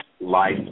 Life